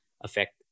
affect